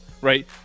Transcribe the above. right